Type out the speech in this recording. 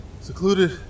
Secluded